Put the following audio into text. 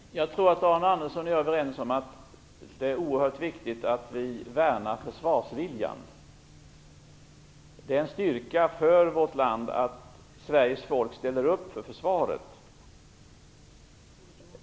Herr talman! Jag tror att Arne Andersson och jag är överens om att det är oerhört viktigt att vi värnar försvarsviljan. Det är en styrka för vårt land att Sveriges folk ställer upp för försvaret.